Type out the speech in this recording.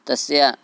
तस्य